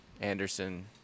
Anderson